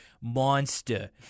monster